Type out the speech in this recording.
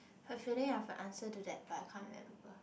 have feeling I have to answer to that but I can't remember